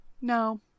No